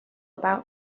about